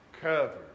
covered